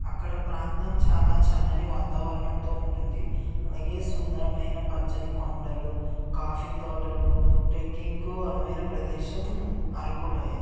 అక్కడ ప్రాంతం చాలా చల్లని వాతావరణంతో ఉంటుంది అలాగే సుందరమైన పచ్చని కొండలు కాఫీ తోటలు ట్రెక్కింగ్కు అనువయిన ప్రదేశం అరకులోయ